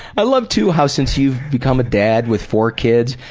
i love too how, since you've become a dad with four kids,